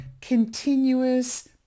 continuous